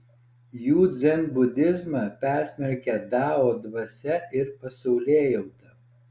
jų dzenbudizmą persmelkia dao dvasia ir pasaulėjauta